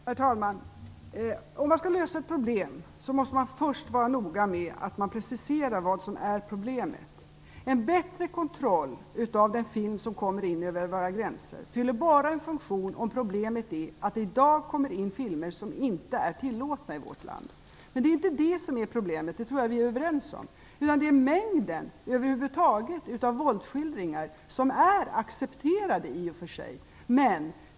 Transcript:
Herr talman! Om man skall lösa ett problem måste man först vara noga med att precisera vad som är problemet. En bättre kontroll av den film som kommer in över våra gränser fyller bara en funktion om problemet är att det i dag kommer in filmer som inte är tillåtna i vårt land. Men det är inte det som är problemet. Det tror jag att vi är överens om. Det är mängden av våldsskildringar över huvud taget som i och för sig är accepterade.